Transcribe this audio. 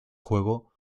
juego